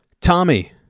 Tommy